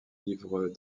livres